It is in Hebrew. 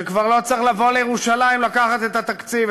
שכבר לא צריך לבוא לירושלים לקחת את התקציב,